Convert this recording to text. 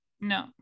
no